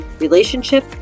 relationship